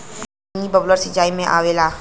mini bubbler सिचाई में आवेला